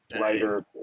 lighter